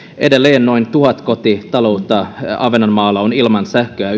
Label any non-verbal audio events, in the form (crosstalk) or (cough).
edelleen yhdeksän päivää myrskyn jälkeen noin tuhat kotitaloutta ahvenanmaalla on ilman sähköä (unintelligible)